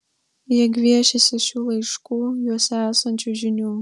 jie gviešiasi šių laiškų juose esančių žinių